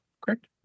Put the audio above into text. correct